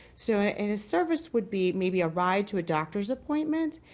so and is service would be maybe a ride to a doctor's appointment,